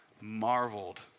marveled